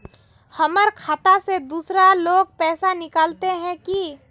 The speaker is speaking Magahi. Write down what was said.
हमर खाता से दूसरा लोग पैसा निकलते है की?